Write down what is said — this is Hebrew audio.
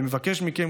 אני מבקש מכם,